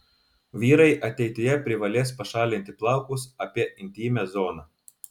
vyrai ateityje privalės pašalinti plaukus apie intymią zoną